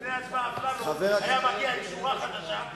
לפני ההצבעה אפללו היה מגיע עם שורה חדשה,